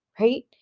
right